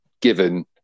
given